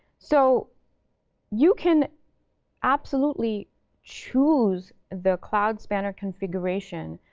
so you can absolutely choose the cloud spanner configuration.